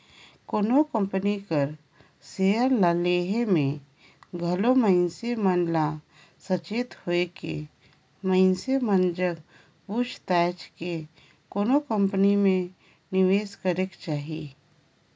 कोनो कंपनी कर सेयर ल लेहे में घलो मइनसे मन ल सचेत होएके मइनसे मन जग पूइछ ताएछ के कोनो कंपनी में निवेस करेक चाही